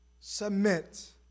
Submit